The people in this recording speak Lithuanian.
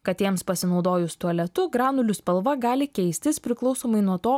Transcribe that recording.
katėms pasinaudojus tualetu granulių spalva gali keistis priklausomai nuo to